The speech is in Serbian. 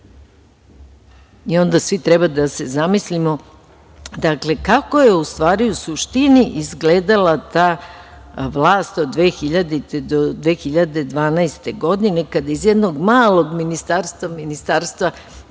Vlade. Svi treba da se zamislimo kako je, u stvari, u suštini izgledala ta vlast od 2000. do 2012. godine, kada iz jednog malog ministarstva, Ministarstva